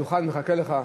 הדוכן מחכה לך.